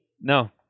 No